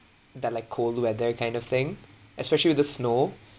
that like cold weather kind of thing especially with the snow